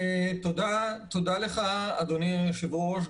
תודה לך אדוני היושב-ראש,